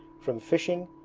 from fishing,